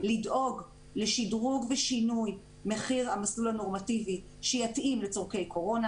לדאוג לשדרוג ושינוי מחיר המסלול הנורמטיבי שיתאים לצורכי קורונה.